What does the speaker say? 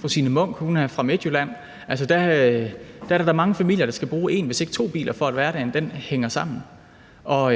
fru Signe Munk er fra Midtjylland. Der er der da mange familier, der skal bruge en, hvis ikke to biler, for at hverdagen hænger sammen, og